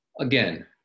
Again